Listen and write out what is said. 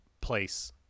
place